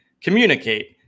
communicate